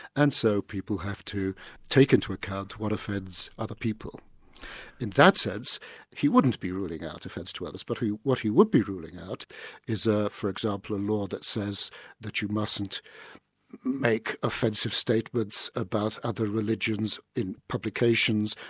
and so people have to take into account what offends other people. in that sense he wouldn't be ruling out offence to others, but what he would be ruling out is ah for example a law that says that you mustn't make offensive statements about other religions in publications,